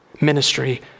ministry